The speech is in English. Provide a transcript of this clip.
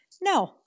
no